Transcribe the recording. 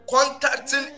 contacting